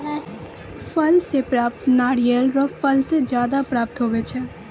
फल से प्राप्त नारियल रो फल से ज्यादा प्राप्त हुवै छै